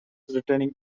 returning